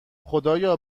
خدایا